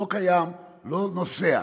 לא קיים, לא נוסע,